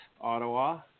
Ottawa